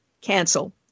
cancel